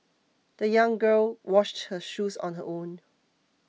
the young girl washed her shoes on her own